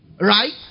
Right